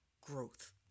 growth